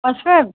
অসম